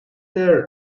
there